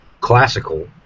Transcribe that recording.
classical